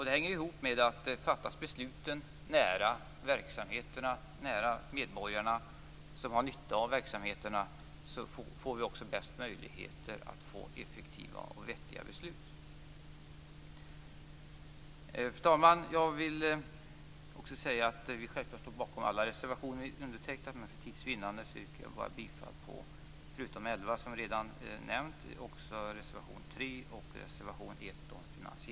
Det hänger ihop med att vi får bäst möjligheter att fatta effektiva beslut om besluten fattas nära verksamheterna och nära medborgarna, som har nytta av verksamheterna. Fru talman! Jag vill också säga att vi självklart står bakom alla reservationer vi har undertecknat, men för tids vinnande yrkar jag bifall - förutom till reservation, 11 som jag redan nämnt - bara till reservation 3